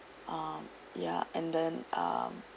um ya and then um